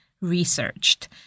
researched